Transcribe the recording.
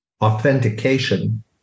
authentication